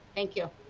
thank you.